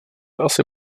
asi